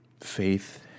faith